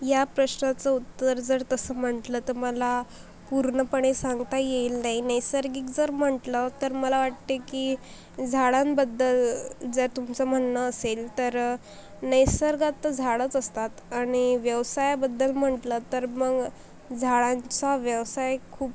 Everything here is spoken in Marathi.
या प्रश्नाचं उत्तर जर तसं म्हंटलं तर मला पूर्णपणे सांगता येईल नाही नैसर्गिक जर म्हंटलं तर मला वाटते की झाडांबद्दल जर तुमचं म्हणणं असेल तर नैसर्गात तर झाडंच असतात आणि व्यवसायाबद्दल म्हंटलं तर मग झाडांचा व्यवसाय खूप